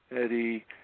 Eddie